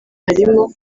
harimo